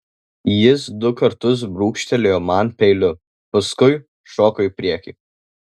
jis du kartus brūkštelėjo man peiliu paskui šoko į priekį